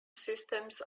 systems